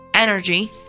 energy